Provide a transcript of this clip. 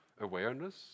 awareness